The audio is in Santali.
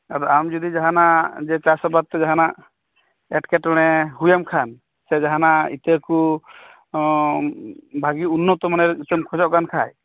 ᱟᱫᱚ ᱟᱢ ᱡᱚᱫᱤ ᱡᱟᱦᱟᱱᱟᱜ ᱡᱮ ᱪᱟᱥᱟᱵᱟᱫ ᱥᱮ ᱡᱟᱦᱟᱱᱟᱜ ᱮᱴᱠᱮ ᱴᱚᱲᱮ ᱦᱩᱭᱟᱢ ᱠᱷᱟᱱ ᱥᱮ ᱡᱟᱦᱟᱱᱟᱜ ᱤᱛᱟᱹ ᱠᱩ ᱦᱚᱸ ᱵᱷᱟᱜᱤ ᱩᱱᱱᱚᱛᱚ ᱢᱟᱱᱮᱨᱮᱢ ᱠᱷᱚᱡᱚᱜ ᱠᱟᱱᱠᱷᱟᱡ